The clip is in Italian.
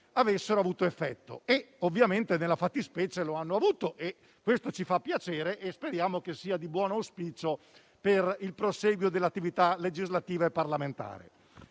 avessero avuto effetto. Nella fattispecie lo hanno avuto; ciò ci fa piacere e speriamo che sia di buon auspicio per il prosieguo dell'attività legislativa e parlamentare.